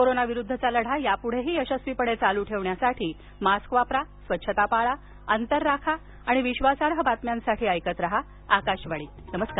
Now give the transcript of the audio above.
कोरोनाविरुद्धचा लढा यापुढेही यशस्वीपणे चालू ठेवण्यासाठी मास्क वापरा स्वच्छता पाळा अंतर राखा आणि विश्वासार्ह बातम्यांसाठी ऐकत रहा आकाशवाणी नमस्कार